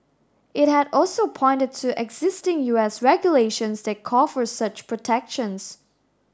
it had also pointed to existing U S regulations that call for such protections